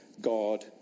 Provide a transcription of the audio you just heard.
god